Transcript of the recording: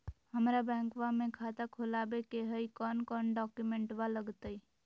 हमरा बैंकवा मे खाता खोलाबे के हई कौन कौन डॉक्यूमेंटवा लगती?